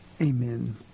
Amen